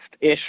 ish